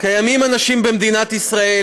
קיימים אנשים במדינת ישראל,